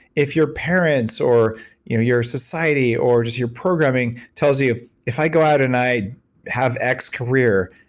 if your parents or your your society or just your programming tells you if i go out and i have x career,